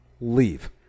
Leave